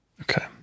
Okay